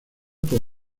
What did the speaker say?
por